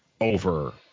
over